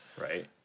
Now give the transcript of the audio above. Right